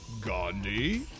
Gandhi